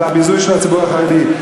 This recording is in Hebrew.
על הביזוי של הציבור החרדי.